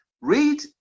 read